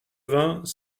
vingts